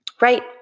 Right